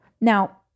Now